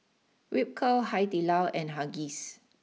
Ripcurl Hai Di Lao and Huggies